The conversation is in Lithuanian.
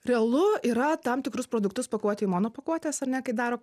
realu yra tam tikrus produktus pakuoti į monopakuotes ar ne kaip daro